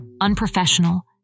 unprofessional